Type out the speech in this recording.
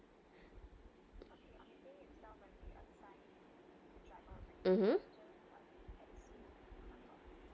mmhmm